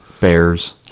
Bears